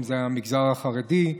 אם זה המגזר החרדי,